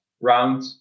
round